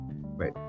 wait